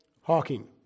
Hawking